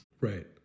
Right